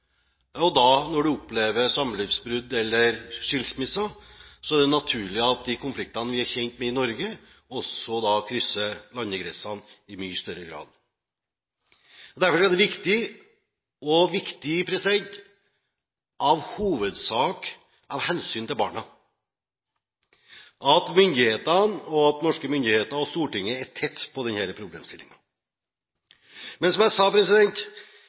og når du da opplever samlivsbrudd eller skilsmisse, er det naturlig at de konfliktene som vi er kjent med i Norge, også vil krysse landegrensene i mye større grad. Derfor er det viktig – i hovedsak av hensyn til barna – at norske myndigheter og Stortinget er tett på denne problemstillingen. Men som jeg sa,